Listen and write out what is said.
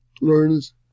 learns